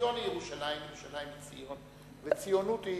ציון היא ירושלים וירושלים היא ציון, וציונות,